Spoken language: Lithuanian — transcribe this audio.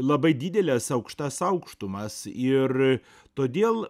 labai dideles aukštas aukštumas ir todėl